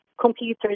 computers